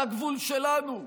על הגבול שלנו בסוריה,